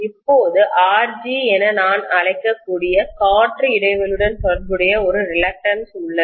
இப்போது Rg என நான் அழைக்கக்கூடிய காற்று இடைவெளியுடன் தொடர்புடைய ஒரு ரிலக்டன்ஸ் உள்ளது